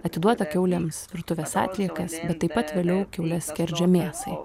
atiduota kiaulėms virtuvės atliekas taip pat vėliau kiaules skerdžia mėsai